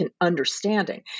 understanding